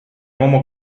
uomo